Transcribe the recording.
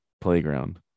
playground